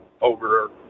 over